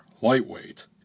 Lightweight